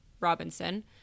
Robinson